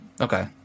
okay